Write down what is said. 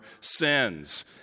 sins